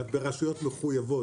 ברשויות מחויבות,